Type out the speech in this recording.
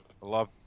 love